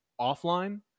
offline